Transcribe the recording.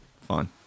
fine